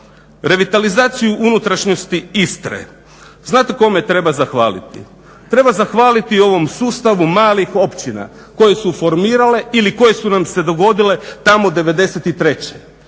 Revitalizaciju unutrašnjosti Istre, znate kome treba zahvaliti. Treba zahvaliti ovom sustavu malih općina koje su formirale ili koje su nam se dogodile tamo 93.